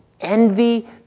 envy